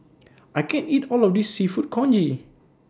I can't eat All of This Seafood Congee